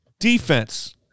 Defense